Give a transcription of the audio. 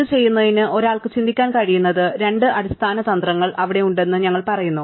ഇത് ചെയ്യുന്നതിന് ഒരാൾക്ക് ചിന്തിക്കാൻ കഴിയുന്ന രണ്ട് അടിസ്ഥാന തന്ത്രങ്ങൾ അവിടെ ഉണ്ടെന്ന് ഞങ്ങൾ പറഞ്ഞു